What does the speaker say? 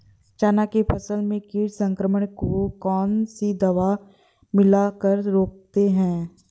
चना के फसल में कीट संक्रमण को कौन सी दवा मिला कर रोकते हैं?